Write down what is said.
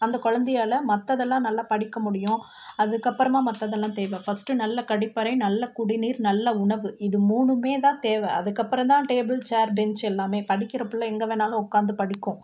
அந்தக் குழந்தையால மற்றதெல்லாம் நல்லா படிக்க முடியும் அதுக்கப்புறமாக மற்றதெல்லாம் தேவை ஃபஸ்ட்டு நல்ல கழிப்பறை நல்ல குடிநீர் நல்ல உணவு இது மூணுமே தான் தேவை அதுக்கப்புறந்தான் டேபிள் சேர் பெஞ்சு எல்லாமே படிக்கிற பிள்ள எங்கே வேணாலும் உக்காந்து படிக்கும்